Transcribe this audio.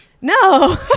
no